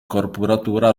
corporatura